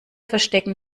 verstecken